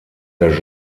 der